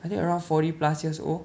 I think around forty plus years old